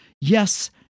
yes